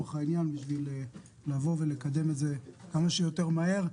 ולצורך העניין כדי לקדם את זה כמה שיותר מהר.